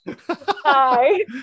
Hi